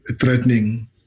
threatening